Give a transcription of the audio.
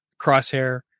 crosshair